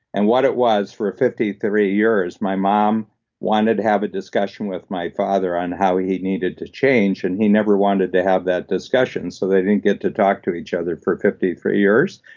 and what it was for fifty three years, my mom wanted to have a discussion with my father on how he needed to change, and he never wanted to have that discussion, so they didn't get to talk to each other for fifty three years.